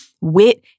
wit